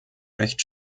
recht